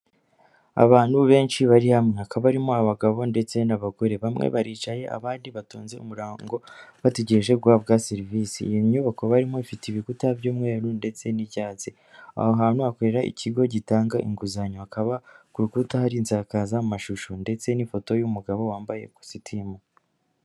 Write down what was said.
Abantu benshi bari hamwe hakaba harimo abagabo ndetse n'abagore bamwe baricaye abandi batonze umurongo, bategereje guhabwa serivise, iyi nyubako barimo ifite ibikuta by'umweru ndetse n'icyatsi, aho hantu hakorera ikigo gitanga inguzanyo hakaba ku rukuta hari insakazamashusho ndetse n'ifoto y'umugabo wambaye ikositimu.